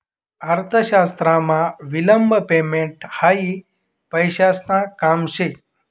अर्थशास्त्रमा विलंब पेमेंट हायी पैसासन काम शे